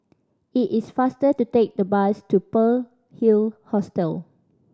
it is faster to take the bus to Pearl Hill Hostel